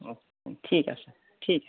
ঠিক আছে ঠিক আছে